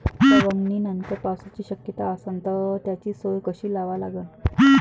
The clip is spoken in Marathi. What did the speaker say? सवंगनीनंतर पावसाची शक्यता असन त त्याची सोय कशी लावा लागन?